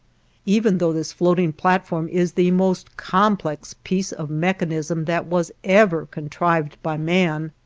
even though this floating platform is the most complex piece of mechanism that was ever contrived by man,